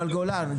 גולן,